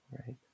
right